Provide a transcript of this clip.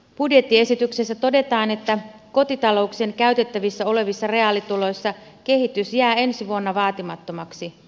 budjettiesityksessä todetaan että kotitalouksien käytettävissä olevissa reaalituloissa kehitys jää ensi vuonna vaatimattomaksi